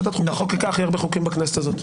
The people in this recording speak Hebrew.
ועדת חוקה חוקקה הכי הרבה חוקים בכנסת הזאת.